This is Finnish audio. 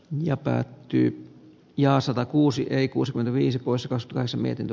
ja päät tyy ja satakuusi ei kuusikymmentäviisi pois koska se miten